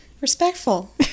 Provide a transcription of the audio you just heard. Respectful